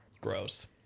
Gross